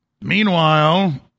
Meanwhile